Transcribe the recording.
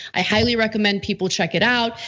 i highly recommend people check it out.